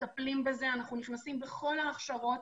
אז הנה, מצאנו נגיעה ונזמין אותם לדיון הבא.